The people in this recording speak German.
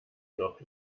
noch